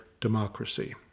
democracy